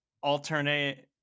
alternate